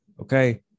Okay